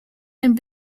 and